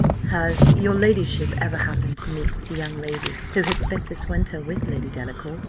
has your ladyship ever happened to meet with the young lady who has spent this winter with lady delacour?